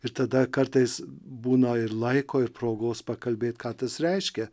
ir tada kartais būna ir laiko ir progos pakalbėt ką tas reiškia